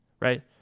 right